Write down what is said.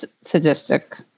sadistic